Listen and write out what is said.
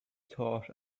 thought